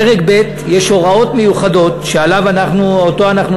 פרק ב' יש הוראות מיוחדות שאותן אנחנו